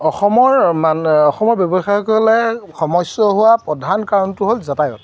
অসমৰ মানে অসমৰ ব্যৱসায়কলে সমস্যা হোৱা প্ৰধান কাৰণটো হ'ল যাতায়াত